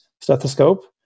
stethoscope